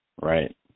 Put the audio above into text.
Right